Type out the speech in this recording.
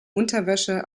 unterwäsche